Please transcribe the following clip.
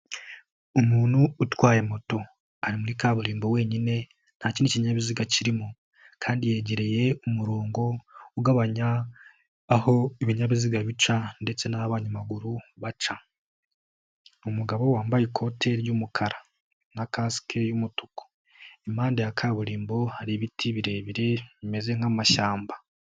Umuntu utwaye moto ari muri kaburimbo wenyine ntakinindi kinyabiziga kirimo, kandi yegereye umurongo ugabanya aho ibinyabiziga bica ndetse n'abanyamaguru baca, ni umugabo wambaye ikote ry'umukara na kasike y'umutuku, impande ya kaburimbo hari ibiti birebire bimeze nk'amashyamba.